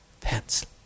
pencil